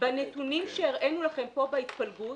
בנתונים שהראינו לכם פה, בהתפלגות,